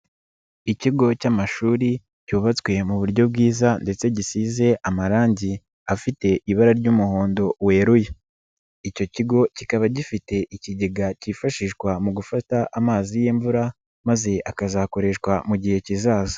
Ikigo cy'amashuri cyubatswe mu buryo bwiza ndetse gisize amarangi afite ibara ry'umuhondo weruye, icyo kigo kikaba gifite ikigega kifashishwa mu gufata amazi y'imvura maze akazakoreshwa mu gihe kizaza.